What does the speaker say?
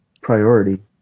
priority